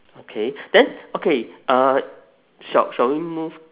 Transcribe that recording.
okay then okay uh shall shall we move